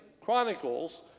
Chronicles